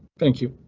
thank you.